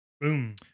Boom